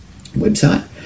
website